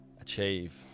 achieve